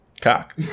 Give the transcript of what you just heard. Cock